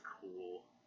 cool